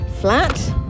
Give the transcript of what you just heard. flat